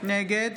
נגד